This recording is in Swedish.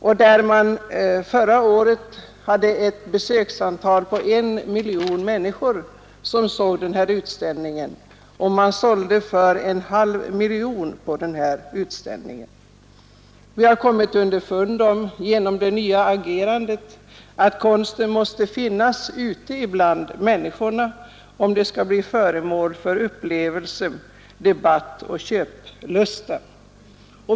Där hade man förra året ett besöksantal på en miljon människor som såg utställningen, och man sålde för en halv miljon kronor. Vi har genom det nya agerandet kommit underfund med att konsten måste finnas ute bland människorna om den skall bli föremål för upplevelse, debatt och köplust.